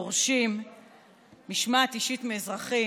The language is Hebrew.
דורשים משמעת אישית מאזרחים,